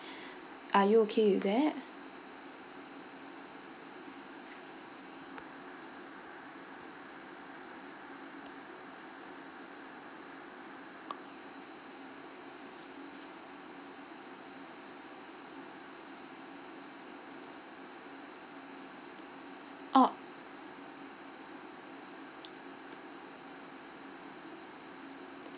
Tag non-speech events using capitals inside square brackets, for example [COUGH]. [BREATH] are you okay with that orh